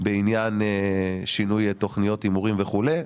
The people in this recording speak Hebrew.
בעניין שינוי תוכניות הימורים וכולי.